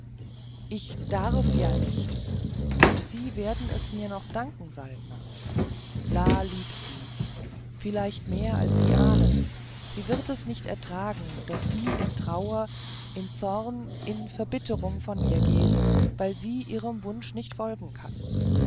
ich darf ja nicht und sie werden es mir noch danken saltner la liebt sie vielleicht mehr als sie ahnen sie wird es nicht ertragen daß sie in trauer in zorn in verbitterung von ihr gehen weil sie ihrem wunsch nicht folgen kann